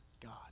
God